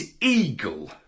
eagle